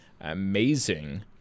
amazing